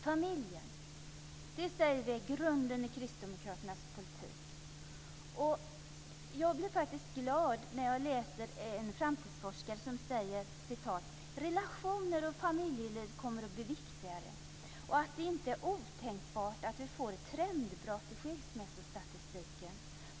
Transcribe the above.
Familjen är grunden i kristdemokraternas politik. Jag blir faktiskt glad när jag läser om en framtidsforskare som säger att relationer och familjeliv kommer att bli viktigare och att det inte är otänkbart att vi får ett trendbrott i skilsmässostatistiken.